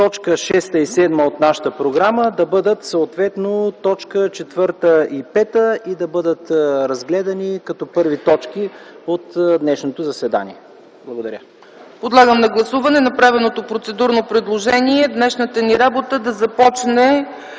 точки 6 и 7 от нашата програма да станат съответно точки 4 и 5 и да бъдат разгледани съответно като първи точки от днешното заседание. Благодаря.